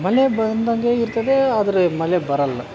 ಮಳೆ ಬಂದಂಗೆ ಇರ್ತದೆ ಆದರೆ ಮಳೆ ಬರಲ್ಲ